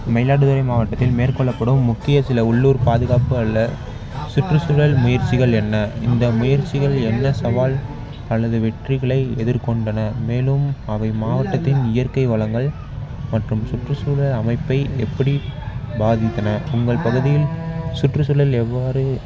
மயிலாடுதுறை மாவட்டத்தில் மேற்கொள்ளப்படும் முக்கிய சில உள்ளூர் பாதுகாப்பு அல்லது சுற்றுச்சூழல் முயற்சிகள் என்ன இந்த முயற்சிகள் என்ன சவால் அல்லது வெற்றிகளை எதிர்கொண்டன மேலும் அவை மாவட்டத்தின் இயற்கை வளங்கள் மற்றும் சுற்றுச்சூழல் அமைப்பை எப்படி பாதித்தன உங்கள் பகுதியில் சுற்றுச்சூழல் எவ்வாறு